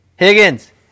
Higgins